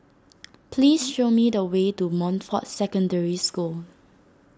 please show me the way to Montfort Secondary School